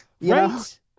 Right